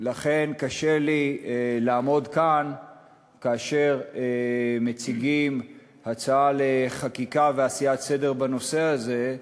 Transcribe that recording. לכן קשה לי לעמוד כאן כאשר מציגים הצעה לחקיקה ועשיית סדר בנושא הזה,